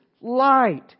light